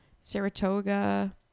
saratoga